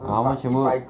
ah 它们全部